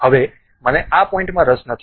હવે મને આ પોઇન્ટમાં રસ નથી